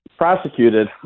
prosecuted